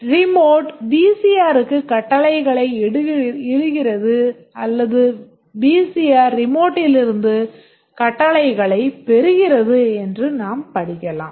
Remote VCR க்கு கட்டளைகள் இடுகிறது அல்லது VCR remote லிருந்து கட்டளைகளைப் பெறுகிறது என நாம் படிக்கலாம்